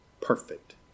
perfect